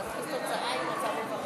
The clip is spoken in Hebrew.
חברת הכנסת יחימוביץ